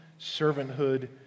servanthood